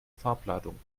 farbladung